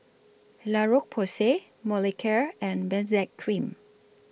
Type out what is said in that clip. La Roche Porsay Molicare and Benzac Cream